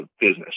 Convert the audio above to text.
business